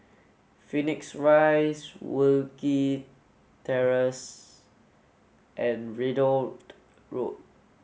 Phoenix Rise Wilkie Terrace and Ridout Road